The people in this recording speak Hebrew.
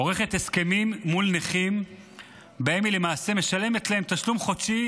עורכת הסכמים מול נכים שבהם היא למעשה משלמת להם תשלום חודשי